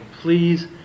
Please